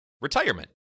retirement